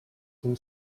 tym